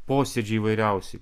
posėdžiai įvairiausi